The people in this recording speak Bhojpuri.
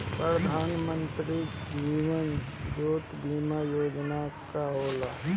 प्रधानमंत्री जीवन ज्योति बीमा योजना का होला?